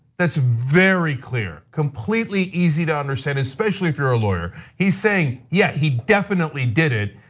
that's very clear. completely easy to understand especially if you're a lawyer. he's saying, yeah, he definitely did it,